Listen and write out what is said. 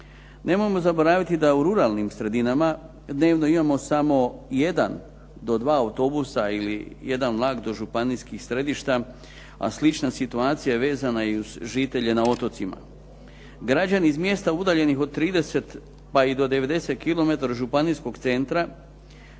Nemojmo zaboraviti da u ruralnim sredinama dnevno imamo samo jedan do dva autobusa ili jedan vlak do županijskih središta, a slična situacija je vezana i uz žitelje na otocima. Građani iz mjesta udaljenih od 30 pa i do 90 km županijskog centra